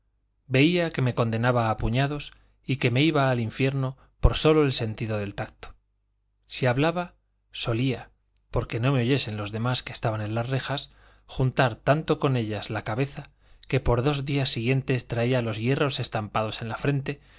veía que me condenaba a puñados y que me iba al infierno por sólo el sentido del tacto si hablaba solía porque no me oyesen los demás que estaban en las rejas juntar tanto con ellas la cabeza que por dos días siguientes traía los hierros estampados en la frente